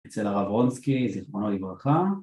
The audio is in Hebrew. אצל הרב רונסקי, זכרונו לברכה